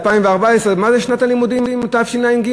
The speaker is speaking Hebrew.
2014. מה זה שנת הלימודים תשע"ג?